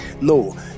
no